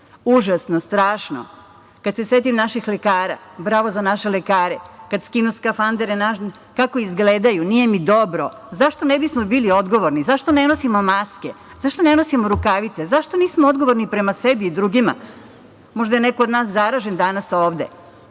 Užasno, strašno. Kada se setim naših lekara, bravo za naše lekare. Kada skinu skafandere kako izgledaju, nije mi dobro. Zašto ne bismo bili odgovorni, zašto ne nosimo maske? Zašto ne nosimo rukavice, zašto nismo odgovorni prema sebi i drugima? Možda je neko zaražen od nas danas